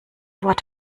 wort